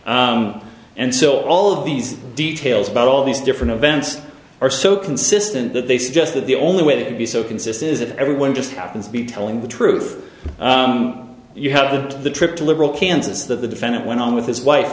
short and so all of these details about all these different events are so consistent that they suggest that the only way that could be so consistent is if everyone just happens to be telling the truth you have the the trip to liberal kansas that the defendant went on with his wife